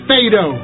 Fado